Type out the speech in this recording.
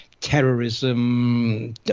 terrorism